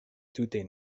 tute